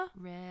Red